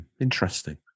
Interesting